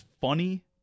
funny